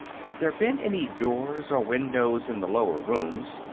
had there been any doors or windows in the lower rooms,